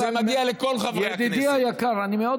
ודאי, אני בדרך כלל, זה מגיע לכל חברי הכנסת.